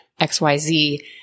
XYZ